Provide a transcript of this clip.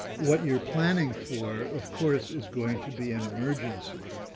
what you're planning for, of course, is going to be an emergency.